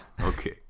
Okay